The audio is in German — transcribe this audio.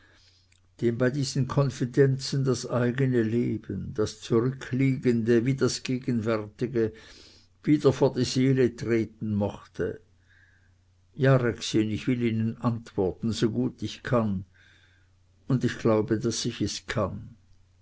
dem bei diesen konfidenzen das eigne leben das zurückliegende wie das gegenwärtige wieder vor die seele treten mochte ja rexin ich will ihnen antworten so gut ich kann und ich glaube daß ich es kann